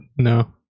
no